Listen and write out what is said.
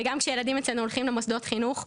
וגם כשילדים אצלנו הולכים למוסדות חינוך,